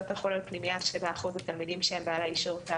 תחול על פנימייה שבה אחוז התלמידים שהם בעלי אישור "תו